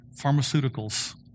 pharmaceuticals